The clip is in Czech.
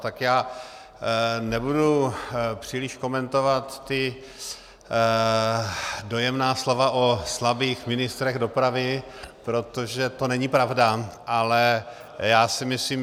Tak nebudu příliš komentovat ta dojemná slova o slabých ministrech dopravy, protože to není pravda, ale já si myslím...